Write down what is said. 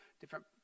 different